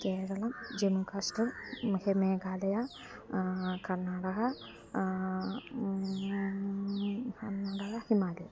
കേരളം ജമ്മുകാശ്മീർ മേഹ മേഘാലയ കർണാടക കർണാടക ഹിമാലയ